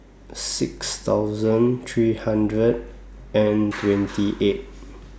six thousand three hundred and twenty eight